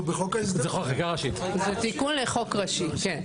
זה תיקון לחוק ראשי, כן.